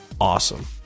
awesome